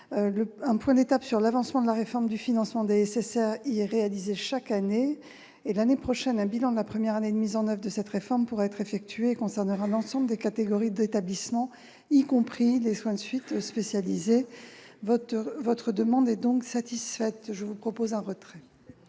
un point d'étape sur l'avancement de la réforme du financement des SSR est réalisé chaque année. L'année prochaine, un bilan de la première année de mise en oeuvre de cette réforme pourra être effectué et concernera l'ensemble des catégories d'établissements, y compris les soins de suite spécialisés. Pour ces raisons, votre amendement